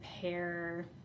pair